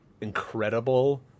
incredible